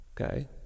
Okay